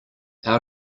out